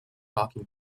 talking